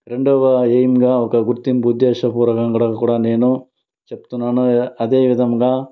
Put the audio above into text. రెండవ ఎయిమ్గా ఒక గుర్తింపు ఉద్దేశపూర్వకంగా కూడ నేను చెప్తున్నాను అదేవిధముగా